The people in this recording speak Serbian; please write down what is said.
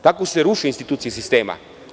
Tako se ruše institucije sistema.